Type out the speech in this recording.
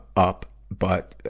up. but, ah,